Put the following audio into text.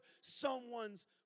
someone's